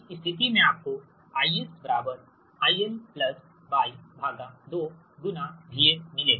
तो इस स्थिति में आपको IS IL Y 2 VS मिलेगा